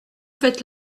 faites